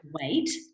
wait